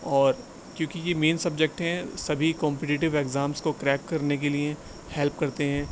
اور کیونکہ یہ مین سبجیکٹ ہیں سبھی کمپیٹیٹیو اگزامس کو کریک کرنے کے لیے ہیلپ کرتے ہیں